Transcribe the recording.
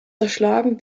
zerschlagen